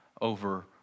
over